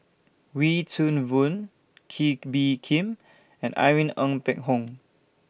Wee Toon Boon Kee Bee Khim and Irene Ng Phek Hoong